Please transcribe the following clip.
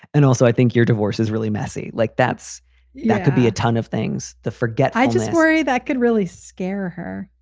and also, i think your divorce is really messy. like, that's that could be a ton of things to forget. i just worry that could really scare her.